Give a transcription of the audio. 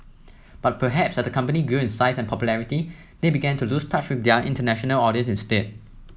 but perhaps as the company grew in size and popularity they began to lose touch with their international audience instead